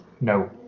No